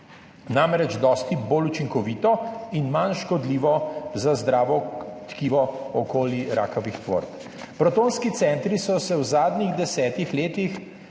namreč dosti bolj učinkovito in manj škodljivo za zdravo tkivo okoli rakavih tvorb. Protonski centri so v zadnjih desetih letih